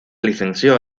licenció